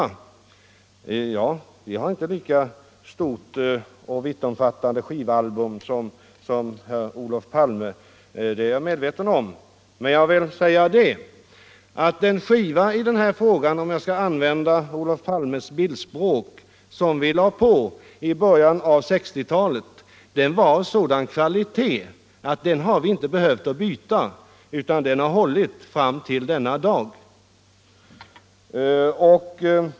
Ja, jag är medveten om att vi inte har ett lika stort och omfattande skivalbum som herr Olof Palme, men jag vill säga att den skiva i den här frågan — för att använda herr Palmes bildspråk — som vi lade på i början av 1960-talet var av så god kvalitet, att vi inte har behövt byta den, utan den har hållit fram till denna dag!